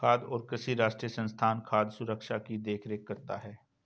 खाद्य और कृषि राष्ट्रीय संस्थान खाद्य सुरक्षा की देख रेख करता है